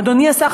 אדוני השר,